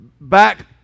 back